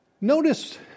Notice